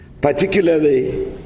particularly